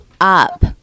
up